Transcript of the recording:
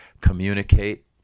communicate